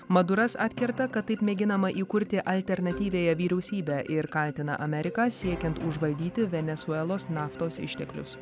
maduras atkerta kad taip mėginama įkurti alternatyviąją vyriausybę ir kaltina ameriką siekiant užvaldyti venesuelos naftos išteklius